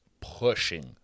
pushing